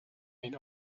mijn